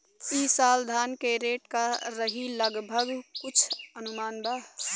ई साल धान के रेट का रही लगभग कुछ अनुमान बा?